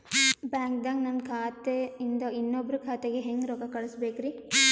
ಬ್ಯಾಂಕ್ದಾಗ ನನ್ ಖಾತೆ ಇಂದ ಇನ್ನೊಬ್ರ ಖಾತೆಗೆ ಹೆಂಗ್ ರೊಕ್ಕ ಕಳಸಬೇಕ್ರಿ?